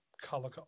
color